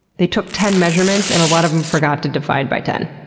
they took ten measurements and a lot of them forgot to divide by ten.